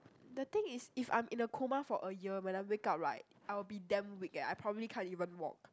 the thing is if I'm in the coma for a year when I wake up right I will be damn weak eh I probably can't even walk